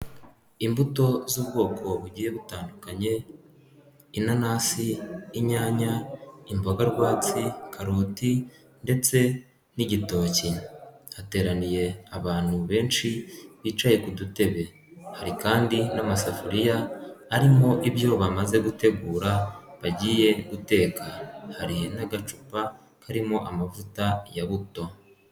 Imbuto z'ubwoko bugiye butandukanye: inanasi, inyanya, imboga rwatsi, karoti ndetse n'igitoki, hateraniye abantu benshi bicaye ku dutebe, hari kandi n'amasafuriya arimo ibyo bamaze gutegura bagiye guteka hari n'agacupa karimo amavuta ya buto.